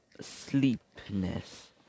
sleepiness